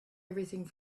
everything